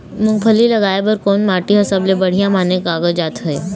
मूंगफली लगाय बर कोन माटी हर सबले बढ़िया माने कागजात हे?